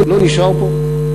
לא נשאר פה.